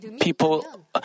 people